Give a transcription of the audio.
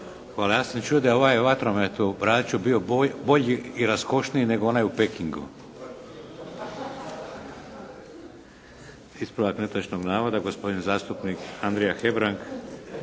Hvala, ja sam čuo da je ovaj vatromet u Braču bio bolji i raskošniji nego onaj u Pekingu. Ispravak netočnog navoda, gospodin zastupnik Andrija Hebrang.